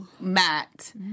Matt